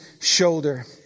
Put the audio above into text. shoulder